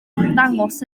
ymddangos